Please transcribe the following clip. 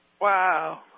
Wow